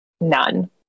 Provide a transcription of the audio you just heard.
none